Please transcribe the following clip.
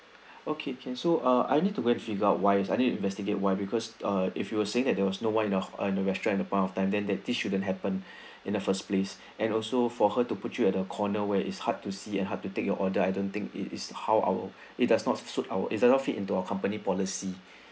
okay can so ah I need to went and figure out why as I need to investigate why because uh if you were saying that there was no one in the ho~ in the restaurant at that point of time then that dish shouldn't happen in the first place and also for her to put you at a corner where is hard to see and hard to take your order I don't think it is how our it does not suit our is does not fit into our company policy